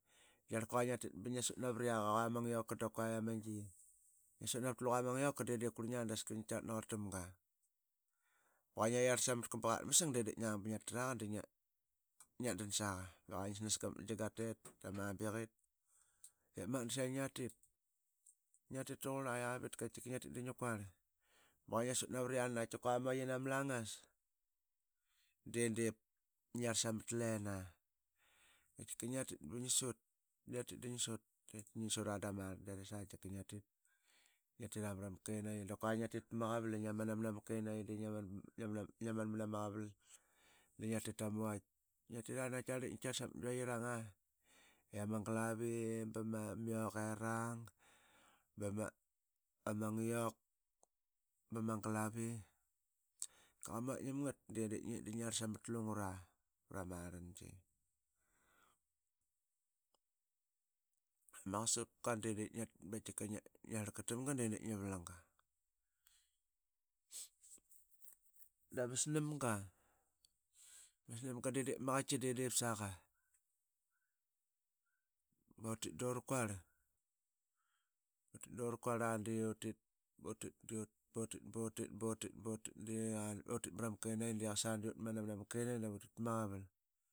Qaita qarl kuqua i ngiatit ba ngiasut navat yiaq i quama ngioka da qua ama gi. Ngi sut navat luqa ama ngioka de diip qulingia da skarl ngi tarlat na qurl tamga ba qua ama waitini ama langas de diip ngi yarlat samatlina. Qatika ngiatit da ngi sut qatika ngiatit da ngi sut i ngi sut ra dama rlangiaris. Ngiatitra mrama kenayii da qua ngiatit Pama qaval ngiaman namanama kenaiyi. Ngiman mana ma qaval tama wait ngiatra de diip ngitarlat samat giwaitiranga i yama glavi ba ma yoqerang. ba ama ngiok ba ma glavi dama wait namngat de diip ngit dai i yarlat samat lungra Vrama rlangi. Ama qasupka de diip ngiatit bep ngiasatlgat tamga de diip ngi valanga. Dama snamga de diip ma qaiti de diip saqa Butit dura Kuarl de urakuarla de butit. butit. butit. butit. butit de i ya but man namna kenaiyi dap utitpama qaval.